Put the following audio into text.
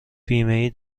بیمهای